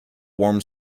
warm